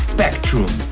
Spectrum